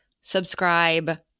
subscribe